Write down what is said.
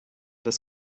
das